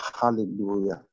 Hallelujah